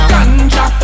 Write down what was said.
Ganja